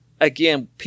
again